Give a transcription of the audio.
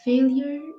Failure